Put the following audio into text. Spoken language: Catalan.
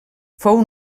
fou